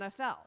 NFL